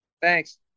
thanks